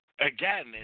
Again